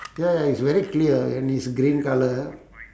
ya it's very clear and is green colour